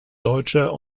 deutscher